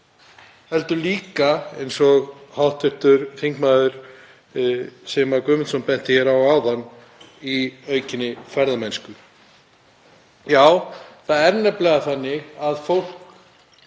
heldur líka, eins og hv. þm. Sigmar Guðmundsson benti á áðan, í aukinni ferðamennsku. Já, það er nefnilega þannig að fólk